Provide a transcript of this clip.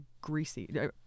greasy